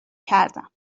کردم